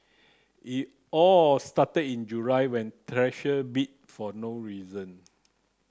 it all started in July when Treasure bit for no reason